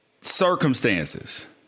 circumstances